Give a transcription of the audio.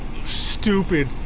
stupid